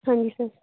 ਹਾਂਜੀ ਸਰ